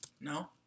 No